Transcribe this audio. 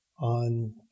on